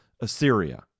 Assyria